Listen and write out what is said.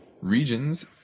regions